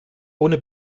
ohne